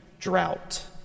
drought